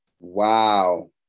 Wow